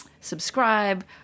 subscribe